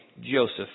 Joseph